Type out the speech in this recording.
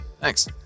Thanks